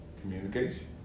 communication